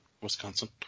Wisconsin